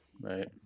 Right